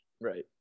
right